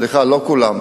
סליחה, לא כולם.